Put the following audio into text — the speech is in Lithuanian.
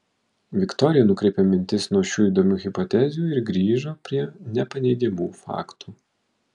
viktorija nukreipė mintis nuo šių įdomių hipotezių ir grįžo prie nepaneigiamų faktų